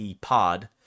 Pod